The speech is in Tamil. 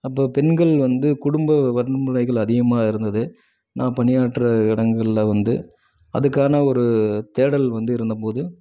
அப்போ பெண்கள் வந்து குடும்ப வன்முறைகள் அதிகமாக இருந்தது நான் பணியாற்ற இடங்களில் வந்து அதுக்கான ஒரு தேடல் வந்து இருந்தபோது